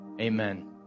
Amen